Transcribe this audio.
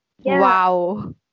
Wow